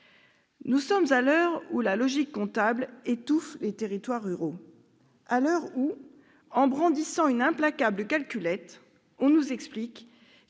Nous sommes à l'heure où la logique comptable étouffe les territoires ruraux, à l'heure où, en brandissant une implacable calculette, on nous explique